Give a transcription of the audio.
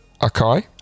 Akai